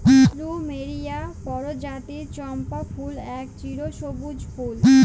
plumeria পরজাতির চম্পা ফুল এক চিরসব্যুজ ফুল